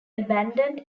abundant